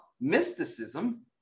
mysticism